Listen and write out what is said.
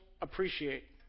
appreciate